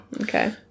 Okay